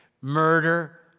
murder